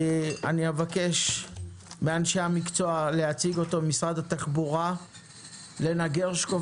אני אבקש מאנשי המקצוע במשרד התחבורה להציג אותו.